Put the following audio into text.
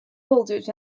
boulders